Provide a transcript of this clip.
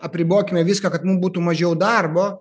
apribokime viską kad mum būtų mažiau darbo